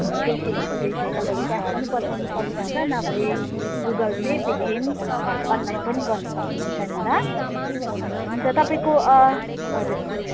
अँ दुई तिन दुईवटै तपाईँले क्यास पनि पठाउनु सक्नुहुन्छ नभए गुगल पे पेटिएम अनलाइन पनि गर्नु सक्नुहुन्छ नि ल हुन्छ तपाईँको अँ हजुर हजुर